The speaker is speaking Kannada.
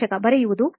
ಸಂದರ್ಶಕ ಬರೆಯುವುದು